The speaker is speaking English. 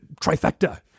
trifecta